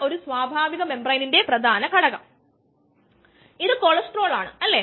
ഒരു പരീക്ഷണത്തിലൂടെ നമുക്ക് അതു നിർണ്ണയിക്കാം